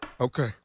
Okay